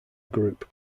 group